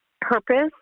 purpose